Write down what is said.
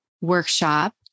workshop